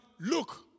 look